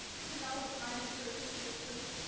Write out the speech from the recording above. you know the kind of searching for truth,